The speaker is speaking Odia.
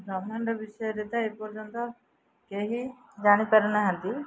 ବ୍ରହ୍ମାଣ୍ଡ ବିଷୟରେ ତ ଏ ପର୍ଯ୍ୟନ୍ତ କେହି ଜାଣିପାରୁନାହାନ୍ତି